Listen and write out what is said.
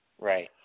Right